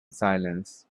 silence